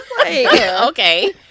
Okay